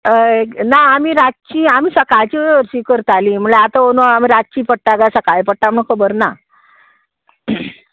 हय ना आमी रातची आमी सकाळची हरशीं करताली म्हणल्यार आतां ओनू आमी रातची पडटा काय सकाळी पडटा म्हूण खबर ना